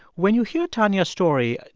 when you hear tonia's story,